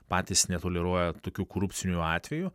patys netoleruoja tokių korupcinių atvejų